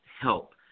help